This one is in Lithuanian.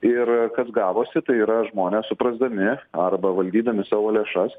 ir kas gavosi tai yra žmonės suprasdami arba valdydami savo lėšas